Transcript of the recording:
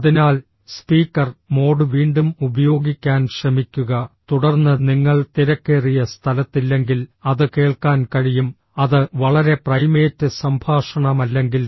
അതിനാൽ speaker mode വീണ്ടും ഉപയോഗിക്കാൻ ശ്രമിക്കുക തുടർന്ന് നിങ്ങൾ തിരക്കേറിയ സ്ഥലത്തില്ലെങ്കിൽ അത് കേൾക്കാൻ കഴിയും അത് വളരെ പ്രൈമേറ്റ് സംഭാഷണമല്ലെങ്കിൽ